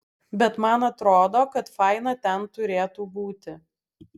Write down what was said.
bet man atrodo kad faina ten turėtų būti